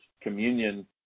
communion